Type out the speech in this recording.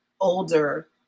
older